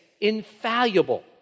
infallible